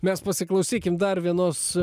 mes pasiklausykim dar vienos